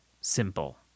simple